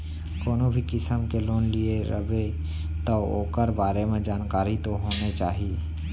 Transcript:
कोनो भी किसम के लोन लिये रबे तौ ओकर बारे म जानकारी तो होने चाही